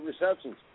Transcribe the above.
receptions